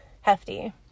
hefty